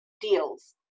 deals